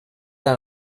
ein